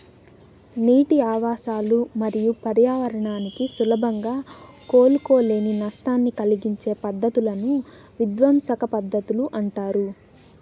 నీటి ఆవాసాలు మరియు పర్యావరణానికి సులభంగా కోలుకోలేని నష్టాన్ని కలిగించే పద్ధతులను విధ్వంసక పద్ధతులు అంటారు